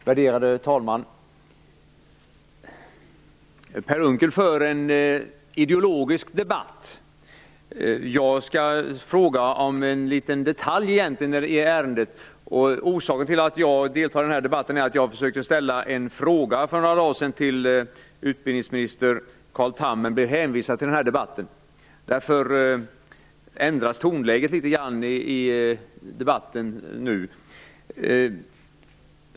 Värderade talman! Per Unckel för en ideologisk debatt. Jag skall fråga om en liten detalj i ärendet. Orsaken till att jag deltar i debatten är att jag för några dagar sedan försökte att ställa en fråga till utbildningsminister Carl Tham men blev hänvisad till den här debatten. Därför ändras nu tonläget litet grand i debatten.